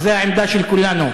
וזו העמדה של כולנו,